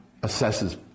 assesses